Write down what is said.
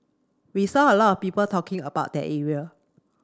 we saw a lot of people talking about that area